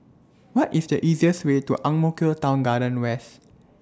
What IS The easiest Way to Ang Mo Kio Town Garden West